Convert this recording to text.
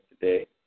today